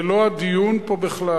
זה לא הדיון פה בכלל.